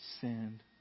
Send